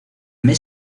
mes